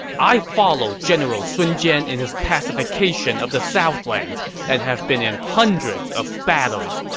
i followed general sun jian in his pacification of the southlands and have been in hundreds of battles,